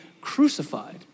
crucified